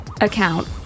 account